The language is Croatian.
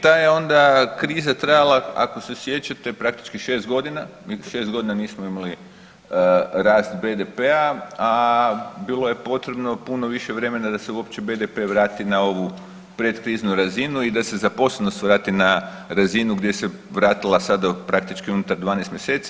Da, i ta je onda kriza trajala ako se sjećate praktički 6.g., mi 6.g. nismo imali rast BDP-a, a bilo je potrebno puno više vremena da se uopće BDP vrati na ovu predkriznu razinu i da se zaposlenost vrati na razinu gdje se vratila sada praktički unutar 12 mjeseci.